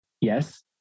Yes